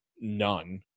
none